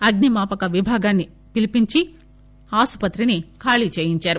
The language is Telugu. అగ్ని మాపక విభాగాన్ని పిలీపించి ఆసుపత్రిని ఖాళీ చేయించారు